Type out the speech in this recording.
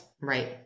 right